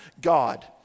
God